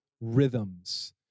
rhythms